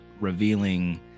revealing